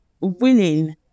willing